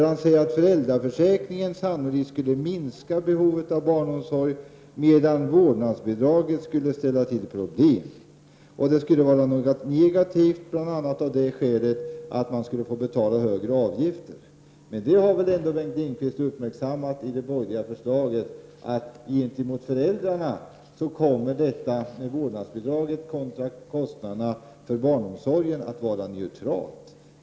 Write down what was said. Han säger att föräldraförsäkringen sannerligen skulle minska behovet av barnomsorg, medan vårdnadsbidrag skulle ställa till problem. Det skulle vara någonting negativt bl.a. av det skälet att man skulle få betala högre avgifter. Men Bengt Lindqvist har väl uppmärksammat att det borgerliga förslaget om vårdnadsbidrag kontra kostnaderna för barnomsorg kommer att vara neutralt gentemot föräldrarna.